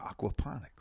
aquaponics